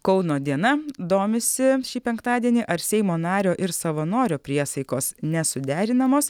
kauno diena domisi šį penktadienį ar seimo nario ir savanorio priesaikos nesuderinamos